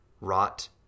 rot